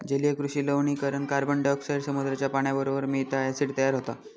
जलीय कृषि लवणीकरण कार्बनडायॉक्साईड समुद्राच्या पाण्याबरोबर मिळता, ॲसिड तयार होता